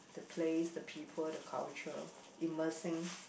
the place the people the culture immersing